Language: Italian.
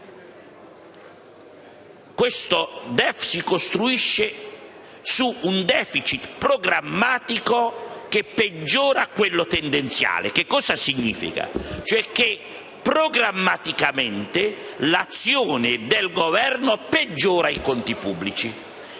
Questo DEF si costruisce su un *deficit* programmatico che peggiora quello tendenziale. Ciò significa che, programmaticamente, l'azione del Governo peggiora i conti pubblici.